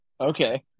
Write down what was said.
Okay